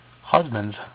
Husbands